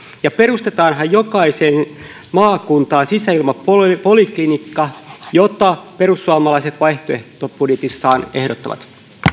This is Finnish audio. ja perustetaanhan jokaiseen maakuntaan sisäilmapoliklinikka mitä perussuomalaiset vaihtoehtobudjetissaan ehdottavat